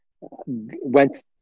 went